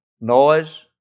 noise